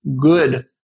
good